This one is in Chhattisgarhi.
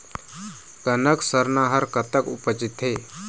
कनक सरना हर कतक उपजथे?